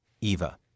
Eva